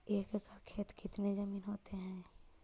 एक एकड़ खेत कितनी जमीन होते हैं?